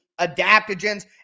adaptogens